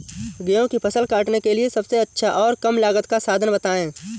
गेहूँ की फसल काटने के लिए सबसे अच्छा और कम लागत का साधन बताएं?